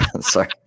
sorry